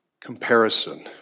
comparison